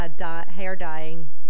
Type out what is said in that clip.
hair-dyeing